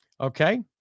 Okay